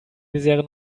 misere